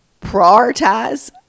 Prioritize